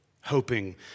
hoping